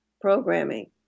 programming